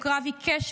הוא קרב עיקש,